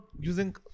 using